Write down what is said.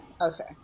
okay